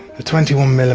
the twenty one mm